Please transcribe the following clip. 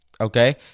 okay